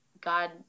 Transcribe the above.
God